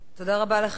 תודה רבה לך,